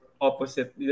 opposite